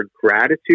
gratitude